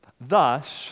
Thus